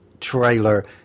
trailer